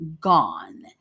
gone